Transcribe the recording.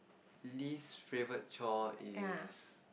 least favourite chore is